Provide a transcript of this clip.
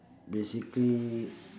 basically